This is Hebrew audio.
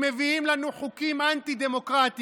הם מביאים לנו חוקים אנטי-דמוקרטיים